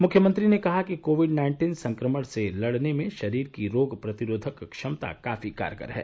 मुख्यमंत्री ने कहा कि कोविड नाइन्टीन संक्रमण से लड़ने में शरीर की रोग प्रतिरोधक क्षमता काफी कारगर है